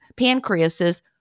pancreases